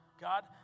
God